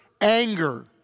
anger